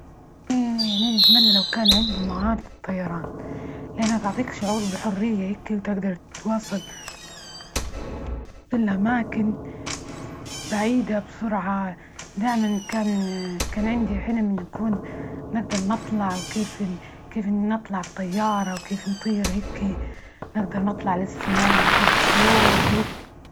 يعني نتمنى لو كان عندي مهارة الطيران لأنها تعطيك شعور بحرية هيكي وتقدر تتواصل. توصل لأماكن. بعيدة، بسرعة، دائما كان- كان عندي حلم إني أكون نقدر نطلع، وكيف- كيف نطلع الطيارة، وكيف نطير هيكي، نجدر نطلع للسما، نشوف الطيور وهيكى.